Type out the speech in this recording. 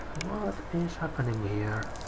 what is happening here?